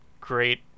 great